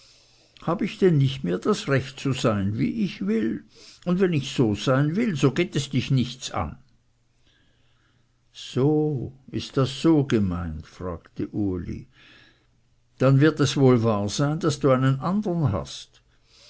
hab ich denn nicht mehr das recht zu sein wie ich will und wenn ich so sein will so geht es dich nichts an so ist das so gemeint fragte uli dann wird es wohl wahr sein daß du einen andern hast